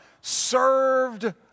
served